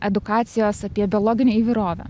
edukacijos apie biologinę įvairovę